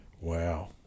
wow